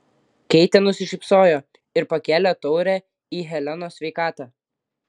keitė nusišypsojo ir pakėlė taurę į helenos sveikatą